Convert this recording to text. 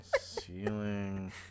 ceiling